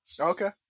Okay